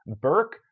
Burke